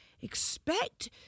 expect